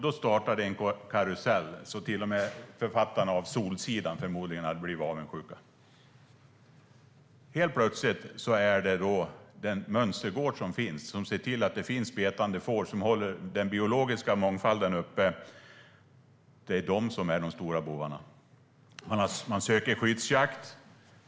Då startade en karusell som till och med författarna till Solsidan förmodligen hade blivit avundsjuka på. Det var en mönstergård som såg till att det fanns betande får som håller den biologiska mångfalden uppe, men helt plötsligt är det fårägarna som är de stora bovarna. Man ansökte om skyddsjakt.